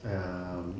um